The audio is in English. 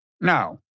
no